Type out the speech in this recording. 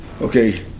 okay